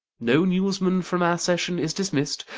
no newsman from our session is dismiss'd,